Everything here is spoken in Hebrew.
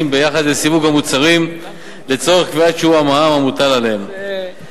ביחס לסיווג המוצרים לצורך קביעת שיעור המע"מ המוטל עליהם.